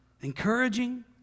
Encouraging